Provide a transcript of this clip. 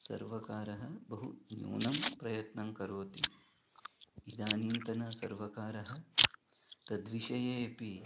सर्वकारः बहु नूनं प्रयत्नं करोति इदानीन्तन सर्वकारः तद्विषये अपि